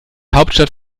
hauptstadt